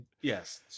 Yes